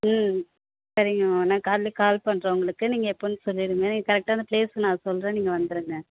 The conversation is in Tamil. ம் சரிங்கம்மா நான் காலையிலே கால் பண்ணுறேன் உங்களுக்கு நீங்கள் எப்போன்னு சொல்லியிருங்க கரெக்டாக அந்த ப்ளேஸ் நான் சொல்கிறேன் நீங்கள் வந்துடுங்க